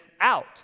out